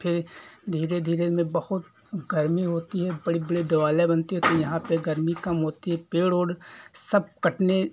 फिर धीरे धीरे में बहुत गर्मी होती है बड़ी बड़ी दीवारें बनती हैं तो यहाँ पे गर्मी कम होती है पेड़ ओड़ सब कटने